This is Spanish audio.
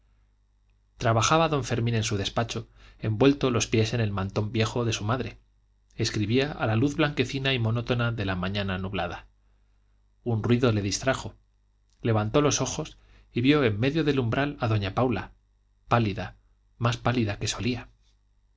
trabajaba don fermín en su despacho envueltos los pies en el mantón viejo de su madre escribía a la luz blanquecina y monótona de la mañana nublada un ruido le distrajo levantó los ojos y vio en medio del umbral a doña paula pálida más pálida que solía